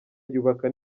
yubaka